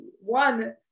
One